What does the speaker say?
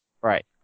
Right